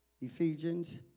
Ephesians